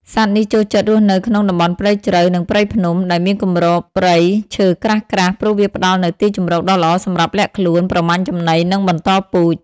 សត្វនេះចូលចិត្តរស់នៅក្នុង តំបន់ព្រៃជ្រៅ និងព្រៃភ្នំ ដែលមានគម្របព្រៃឈើក្រាស់ៗ ព្រោះវាផ្តល់នូវទីជម្រកដ៏ល្អសម្រាប់លាក់ខ្លួន ប្រមាញ់ចំណី និងបន្តពូជ។